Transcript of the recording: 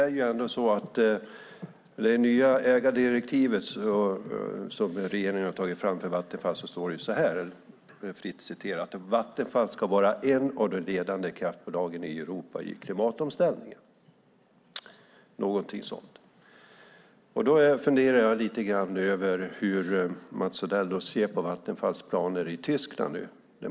I det nya ägardirektiv som regeringen har tagit fram står det så här, fritt återgivet: Vattenfall ska vara ett av de ledande kraftbolagen i Europa i klimatomställningen. Jag funderar lite grann över hur Mats Odell ser på Vattenfalls planer i Tyskland.